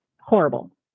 horrible